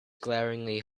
glaringly